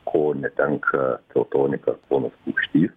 ko netenka teltonika ponas paukštys